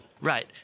Right